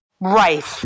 Right